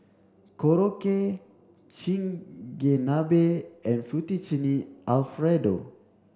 Korokke Chigenabe and Fettuccine Alfredo